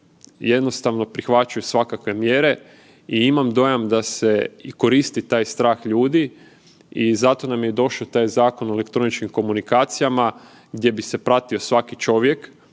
jednostavno prihvaćaju svakakve mjere i imam dojam da se i koristi taj strah ljudi i zato nam je i došao taj Zakon o elektroničkim komunikacijama gdje bi se pratio svaki čovjek.